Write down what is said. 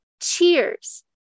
Cheers